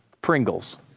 Pringles